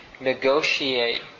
negotiate